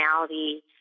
personality